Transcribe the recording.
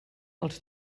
els